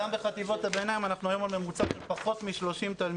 גם בחטיבות הביניים אנחנו היום עם ממוצע של פחות מ-30 תלמידים.